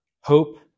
Hope